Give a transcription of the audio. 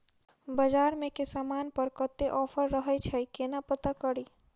बजार मे केँ समान पर कत्ते ऑफर रहय छै केना पत्ता कड़ी?